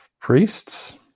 priests